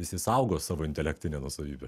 visi saugo savo intelektinę nuosavybę